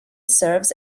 serves